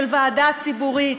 של ועדה ציבורית,